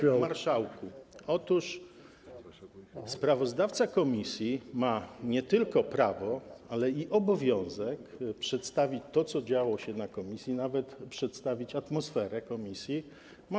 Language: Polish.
Panie marszałku, otóż sprawozdawca komisji ma nie tylko prawo, ale i obowiązek przedstawić to, co działo się w komisji, a nawet przedstawić atmosferę posiedzenia komisji.